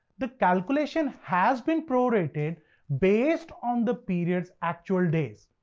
the calculation has been prorated based on the period's actual days,